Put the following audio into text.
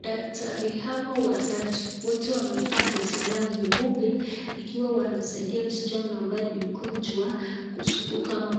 Daktari hawa watatu wote wamevaa koti lao nyeupe; ikiwa wanasiadia msichana ambaye ni mgonjwa kuzunguka ama